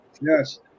Yes